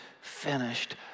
finished